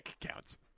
counts